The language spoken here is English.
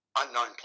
unknown